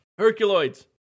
herculoids